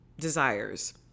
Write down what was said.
desires